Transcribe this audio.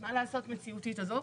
מה לעשות המציאותית הזאת.